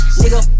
nigga